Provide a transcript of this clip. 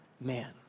Man